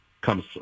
comes